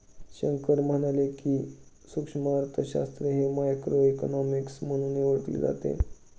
शंकर म्हणाले की, सूक्ष्म अर्थशास्त्र हे मायक्रोइकॉनॉमिक्स म्हणूनही ओळखले जाते